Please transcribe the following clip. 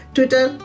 Twitter